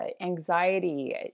anxiety